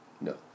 No